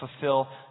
fulfill